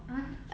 ah